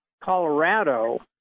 Colorado